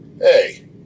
hey